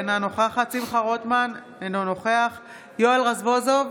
אינה נוכחת שמחה רוטמן, אינו נוכח יואל רזבוזוב,